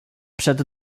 przed